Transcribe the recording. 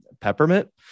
peppermint